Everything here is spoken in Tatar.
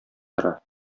тора